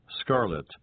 scarlet